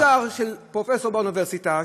מחקר של פרופסור באוניברסיטה,